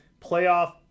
playoff